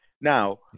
Now-